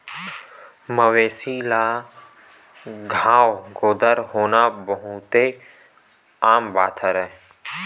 मवेशी ल घांव गोदर होना बहुते आम बात हरय